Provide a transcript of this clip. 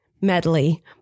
medley